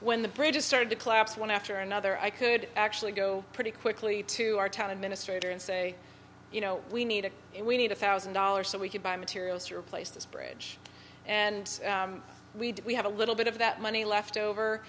when the bridges started to collapse one after another i could actually go pretty quickly to our town administrator and say you know we need it and we need a thousand dollars so we could buy materials to replace this bridge and we did we have a little bit of that money left over